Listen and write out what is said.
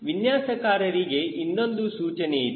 ವಿನ್ಯಾಸಕಾರರಿಗೆ ಇನ್ನೊಂದು ಸೂಚನೆಯಿದೆ